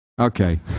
Okay